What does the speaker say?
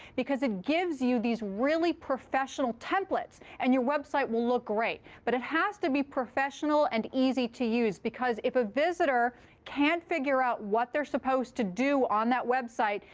because it gives you these really professional templates. and your website will look great. but it has to be professional and easy to use, because if a visitor can't figure out what they're supposed to do on that website,